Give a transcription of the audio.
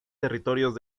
territorios